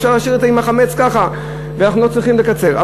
אפשר להשאיר אותו עם החמץ ככה ואנחנו לא צריכים לקצר.